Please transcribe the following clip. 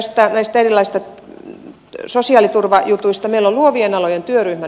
meillä on luovien alojen työryhmä nyt perustettu